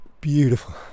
Beautiful